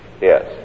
Yes